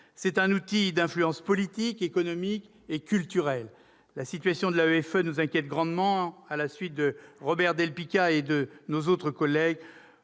C'est un outil d'influence politique, économique et culturel. La situation de l'AEFE nous inquiète grandement. À la suite de Robert del Picchia, nous serons très